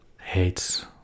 hates